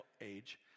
age